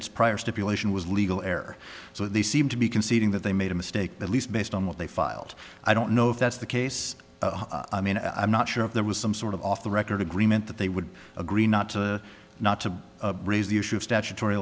its prior stipulation was legal heir so they seemed to be conceding that they made a mistake at least based on what they filed i don't know if that's the case i mean i'm not sure if there was some sort of off the record agreement that they would agree not to not to raise the issue of statutory